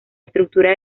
estructura